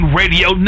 radio